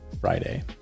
Friday